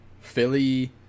Philly